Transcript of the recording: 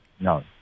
No